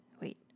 Wait